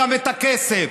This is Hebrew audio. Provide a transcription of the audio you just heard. את הכסף.